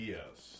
Yes